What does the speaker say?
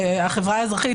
החברה האזרחית,